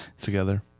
together